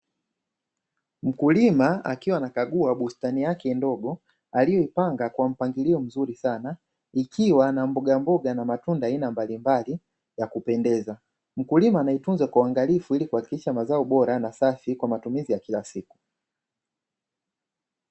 Mkulima akiwa anakagua bustani yake ndogo aliyoipanga kwa mpangilio mzuri sana ikiwa na mbogamboga na matunda ya aina mbalimbali ya kupendeza. Mkulima anaitunza kwa uangalifu ili kuhakikisha mazao bora na safi kwa matumizi ya kilasiku.